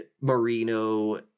Marino